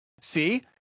See